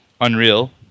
Unreal